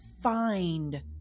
find